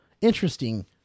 interesting